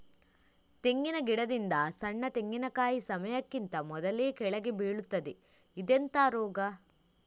ತೆಂಗಿನ ಗಿಡದಿಂದ ಸಣ್ಣ ತೆಂಗಿನಕಾಯಿ ಸಮಯಕ್ಕಿಂತ ಮೊದಲೇ ಕೆಳಗೆ ಬೀಳುತ್ತದೆ ಇದೆಂತ ರೋಗ?